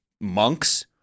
monks